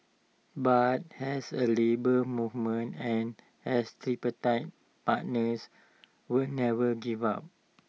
but as A Labour Movement and as tripartite partners we never give up